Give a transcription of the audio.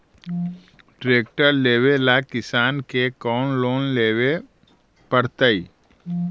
Tractor लेवेला किसान के कौन लोन लेवे पड़तई?